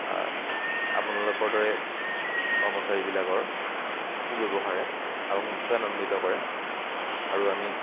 আপোনালোকৰ দৰে কৰ্মচাৰীবিলাকৰ সু ব্যৱহাৰে আমাক নথৈ আনন্দিত কৰে আৰু আমি